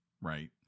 Right